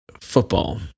football